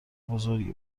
بزرگی